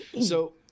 So-